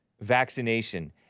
vaccination